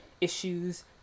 issues